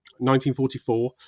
1944